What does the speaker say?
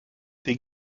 die